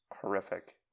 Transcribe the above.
horrific